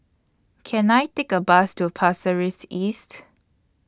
Can I Take A Bus to Pasir Ris East